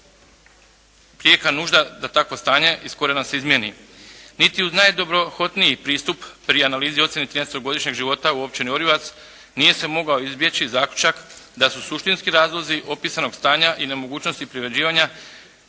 prijeka nužda da takvo stanje iz korijena se izmijeni. Niti uz najdobrohotniji pristup pri analizi ocjene trinaestogodišnjeg života u Općini Orijovac nije se mogao izbjeći zaključak da su suštinski razlozi opisanog stanja i nemogućnosti privređivanja